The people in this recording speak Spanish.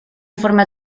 forma